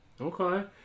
Okay